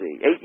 eight